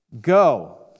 go